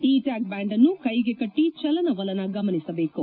E ಟ್ಲಾಗ್ ಬ್ಲಾಂಡ್ ಅನ್ನು ಕೈಗೆ ಕಟ್ಟ ಚಲನವಲನ ಗಮನಿಸಬೇಕು